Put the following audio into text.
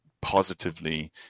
positively